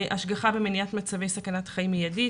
השגחה במניעת מצבי סכנת חיים מיידית